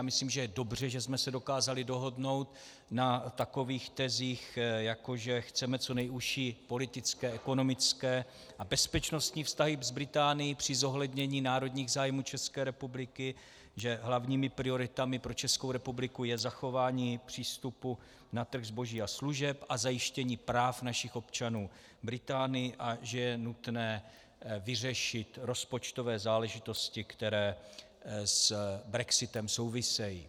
Myslím, že je dobře, že jsme se dokázali dohodnout na takových tezích, jako že chceme co nejužší politické, ekonomické a bezpečnostní vztahy s Británií při zohlednění národních zájmů České republiky, že hlavními prioritami pro Českou republiku je zachování přístupu na trh zboží a služeb a zajištění práv našich občanů v Británii a že je nutné vyřešit rozpočtové záležitosti, které s brexitem souvisejí.